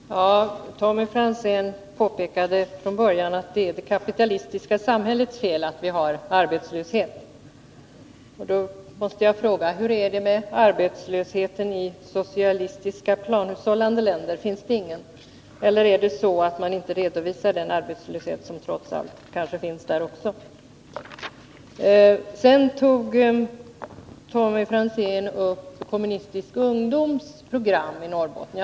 Herr talman! Tommy Franzén påpekade från början att det är det kapitalistiska samhällets fel att vi har arbetslöshet. Då måste jag fråga: Hur är det med arbetslösheten i socialistiska, planhushållande länder? Finns det ingen, eller är det så att man inte redovisar den arbetslöshet som kanske trots allt finns också där? Tommy Franzén tog upp Kommunistisk ungdoms program i Norrbotten.